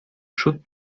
should